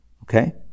Okay